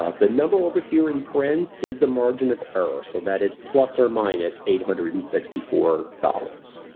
ah the number over here in parens, is the margin of error so that is plus or minus eight hundred and sixty four dollars.